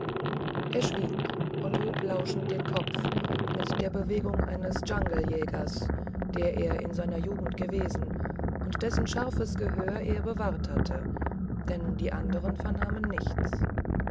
er schwieg und erhob lauschend den kopf mit der bewegung des dschangeljägers der er in seiner jugend gewesen und dessen scharfes gehör er bewahrt hatte denn die anderen vernahmen nichts